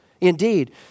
indeed